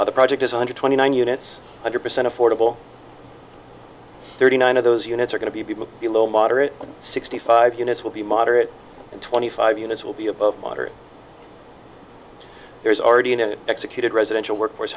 of the project is under twenty one units hundred percent affordable thirty nine of those units are going to be below moderate and sixty five units will be moderate and twenty five units will be above water there is already an executed residential workforce